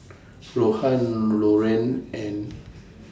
Rohan Loren and